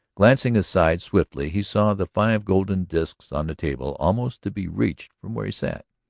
glancing aside swiftly, he saw the five golden disks on the table, almost to be reached from where he sat.